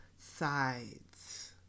sides